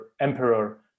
emperor